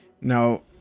Now